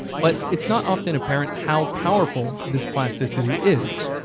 but it's not often apparent how powerful this plasticity is.